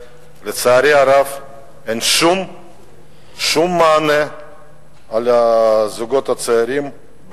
אבל לצערי הרב בתקציב הנוכחי אין שום מענה לזוגות הצעירים.